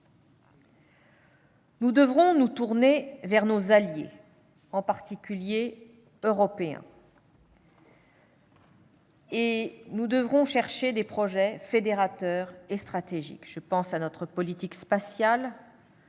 Nous devrons nous tourner vers nos alliés, en particulier européens, et chercher des projets fédérateurs, stratégiques. Je pense à notre politique spatiale,